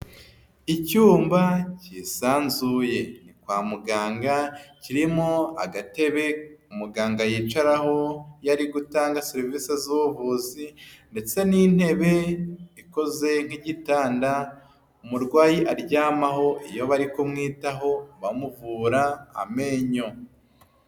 Icyumba kisanzuye. Ni kwa muganga kirimo agatebe umuganga yicaraho iyo ari gutanga serivisi z'ubuvuzi, ndetse n'intebe ikoze nk'igitanda umurwayi aryamaho iyo bari kumwitaho bamuvura amenyo.